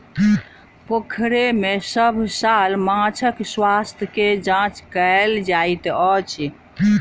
पोखैर में सभ साल माँछक स्वास्थ्य के जांच कएल जाइत अछि